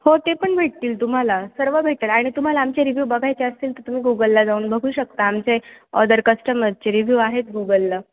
हो ते पण भेटतील तुम्हाला सर्व भेटेल आणि तुम्हाला आमचे रिव्ह्यू बघायचे असतील तर तुम्ही गुगलला जाऊन बघू शकता आमचे अदर कस्टमरचे रिव्ह्यू आहेत गुगलला